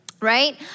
right